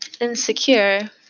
insecure